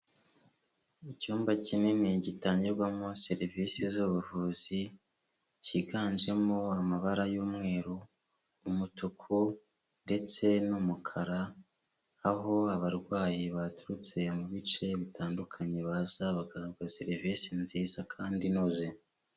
Icyumba kinini gitangirwamo serivisi z'ubuvuzi, cyiganjemo amabara y'umweru, umutuku ndetse n'umukara, aho abarwayi baturutse mu bice bitandukanye baza bagahabwa serivisi nziza kandi inoze.